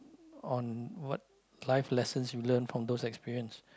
on what life lessons you learn from those experience